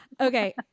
Okay